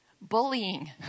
Bullying